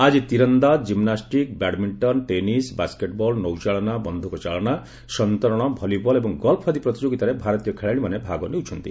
ଆକି ତୀରନ୍ଦାକ କିମ୍ବାଷ୍ଟିକ୍ ବ୍ୟାଡମିଣ୍ଟନ୍ ଟେନିସ୍ ବାସ୍କେଟ୍ବଲ୍ ନୌଚାଳନା ବନ୍ଧୁକ ଚାଳନା ସନ୍ତରଣ ଭଲିବଲ୍ ଏବଂ ଗଲ୍ଫ ଆଦି ପ୍ରତିଯୋଗିତାରେ ଭାରତୀୟ ଖେଳାଳିମାନେ ଭାଗ ନେଉଛନ୍ତି